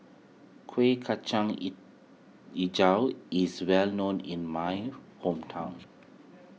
Kueh Kacang HiJau is well known in my hometown